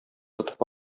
тотып